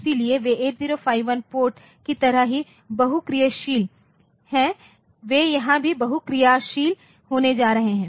इसलिए वे 8051 पोर्ट की तरह ही बहुक्रियाशील हैं वे यहां भी बहुक्रियाशील होने जा रहे हैं